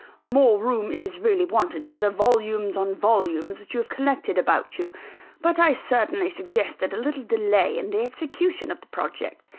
more room is really wanted for the volumes on volumes that you have collected about you but i certainly suggested a little delay in the execution of the project.